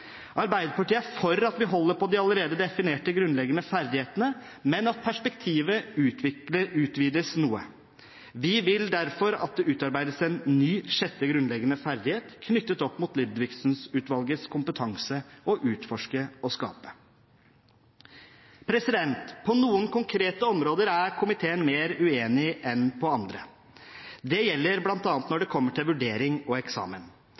Arbeiderpartiet er for at vi holder på de allerede definerte grunnleggende ferdighetene, men at perspektivet utvides noe. Vi vil derfor at det utarbeides en ny sjette grunnleggende ferdighet, knyttet opp mot Ludvigsen-utvalgets kompetanse «å utforske og skape». På noen konkrete områder er komiteen mer uenig enn på andre. Det gjelder bl.a. vurdering og eksamen.